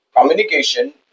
Communication